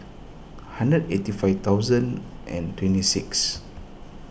hundred eighty five thousand and twenty six